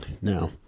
Now